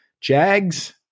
Jags